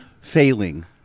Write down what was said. Failing